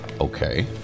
Okay